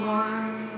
one